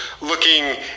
looking